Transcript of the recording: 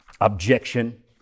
objection